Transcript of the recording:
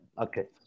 Okay